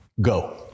go